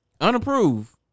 unapproved